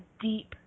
deep